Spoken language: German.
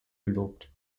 gelobt